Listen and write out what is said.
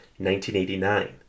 1989